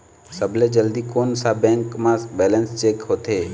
सबसे जल्दी कोन सा बैंक म बैलेंस चेक होथे?